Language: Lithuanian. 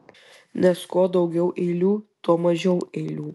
nes kuo daugiau eilių tuo mažiau eilių